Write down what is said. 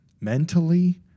mentally